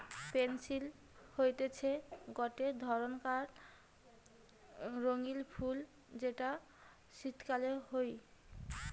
pansy হতিছে গটে ধরণকার রঙ্গীন ফুল যেটা শীতকালে হই